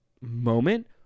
moment